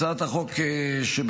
הצעת החוק שבפנינו,